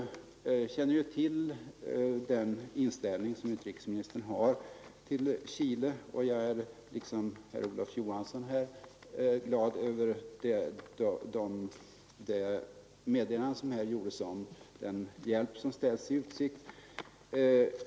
Jag känner ju till den inställning som utrikesministern har till Chile, och jag är liksom herr Olof Johansson i Stockholm glad över det meddelande som utrikesministern lämnade om den hjälp som ställs i utsikt.